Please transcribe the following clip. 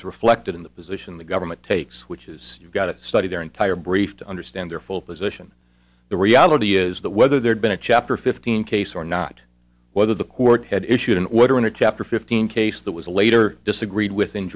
is reflected in the position the government takes which is you've got to study their entire brief to understand their full position the reality is that whether there'd been a chapter fifteen case or not whether the court had issued an order in a chapter fifteen case that was later disagreed with in